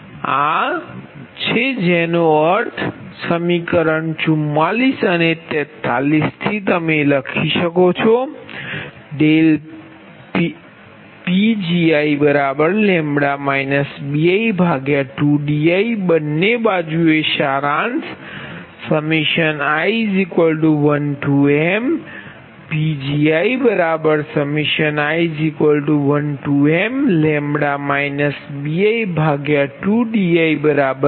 આ છે જેનો અર્થ છે સમીકરણ 44 અને 43 થી તમે તે લખી શકો છો કે Pgiλ bi2diબંને બાજુએ સારાંશ i1mPgii1mλ bi2diPL